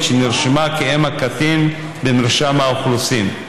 שנרשמה כאם הקטין במרשם האוכלוסין.